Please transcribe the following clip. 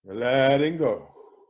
letting go